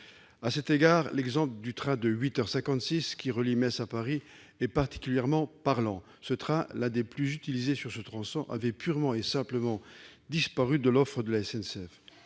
À cet égard, l'exemple du train de 8h56, qui relie Metz à Paris, est particulièrement parlant. Ce train, l'un des plus utilisés sur ce tronçon, avait purement et simplement disparu de l'offre de la SNCF.